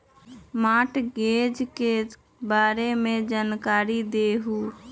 Mortgage के बारे में जानकारी देहु?